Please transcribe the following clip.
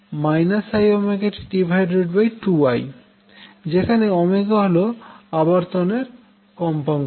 যেখানে হল আবর্তন কম্পাঙ্ক